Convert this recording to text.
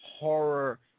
horror